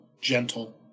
gentle